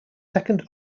second